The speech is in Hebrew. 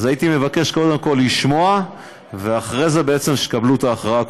אז הייתי מבקש קודם כול לשמוע ואחרי זה שתקבלו את ההכרעה,